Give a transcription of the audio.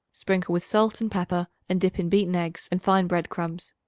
sprinkle with salt and pepper and dip in beaten eggs and fine bread-crumbs.